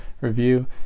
review